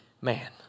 man